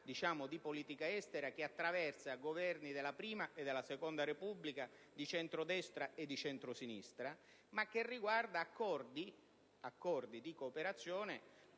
di politica estera, che attraversa Governi della prima e della seconda Repubblica, di centrodestra e di centrosinistra, riguardando però accordi di cooperazione,